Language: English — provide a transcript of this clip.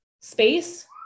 space